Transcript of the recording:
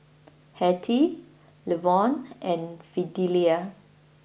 Hattie Levon and Fidelia